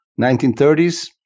1930s